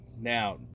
now